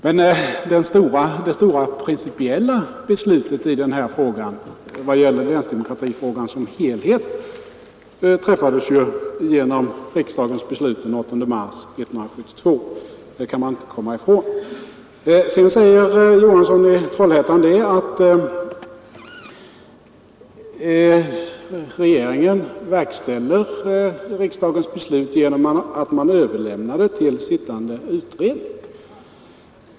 Men det stora principiella beslutet i vad gällerlänsdemo Torsdagen den kratifrågan som helhet fattades av riksdagen den 8 mars 1972. Det kan 26 april 1973 man inte komma ifrån. Sedan säger herr Johansson i Trollhättan att regeringen verkställer riksdagens beslut genom att man överlämnar det till Granskning av stats sittande utredningar.